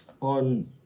on